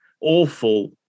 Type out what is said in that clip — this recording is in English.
awful